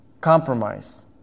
compromise